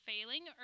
failing